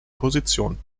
position